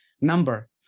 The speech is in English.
number